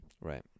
Right